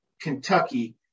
Kentucky